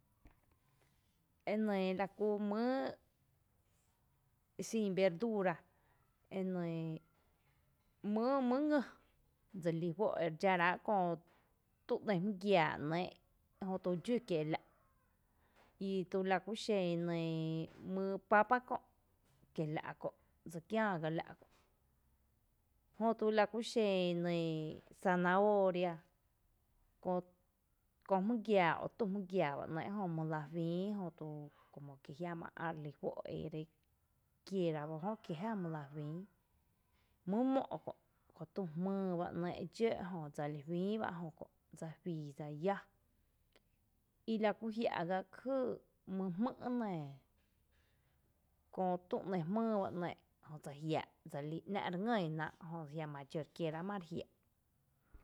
E nɇɇ lakú mýyý xin verdúura, e nɇɇ mýy ngý dselí juó’ ere dxⱥ ráá’ kö tü ‘ni jmíi giⱥⱥ ‘nɇɇ’ jötu dxǿ kie’ lⱥ’ i tu lakúxen mý papa kö’ kiela’ kö’ dse kiⱥⱥ gá lⱥ’ kö’, jötu laku xen zanahóoria köö jmý giaa o tü jmý giaa bá ‘nɇɇ’ jö my la juïí jötu como que ajia’ marelí juó’ rekiéra ba jö kí jⱥⱥá mylⱥ juïí, mý mó’ kö’ kö tü jmýy ba ‘nɇɇ’ dxó ejö dseli juïí bá ejö kö’ dsa juii dsa yáa i la kú jia’ gá jý mý jmý’ n nɇ köö tü ‘ni jmýy bá ‘nɇɇ’ jö dse jiaa’ ‘ná’ re ngíi ‘náa’ jö jiama dxó re kiérá’ mare jiaa’